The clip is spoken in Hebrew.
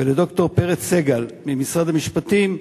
ולד"ר פרץ סגל ממשרד המשפטים,